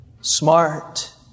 smart